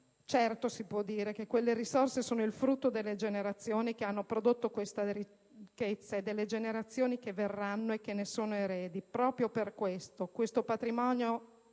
si può dire che quelle risorse sono il frutto delle generazioni che hanno prodotto questa ricchezza e delle generazioni che verranno e che ne sono eredi. Proprio per tale ragione,